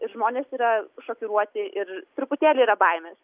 žmonės yra šokiruoti ir truputėlį yra baimės